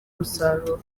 umusaruro